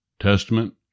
Testament